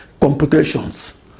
computations